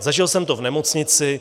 Zažil jsem to v nemocnici.